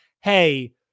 Hey